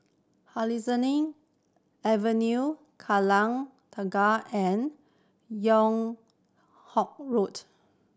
Hemsley Avenue Kallang Tengah and Yung Ho Road